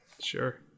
sure